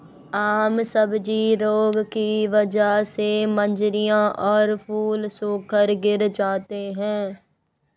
आम सब्जी रोग की वजह से मंजरियां और फूल सूखकर गिर जाते हैं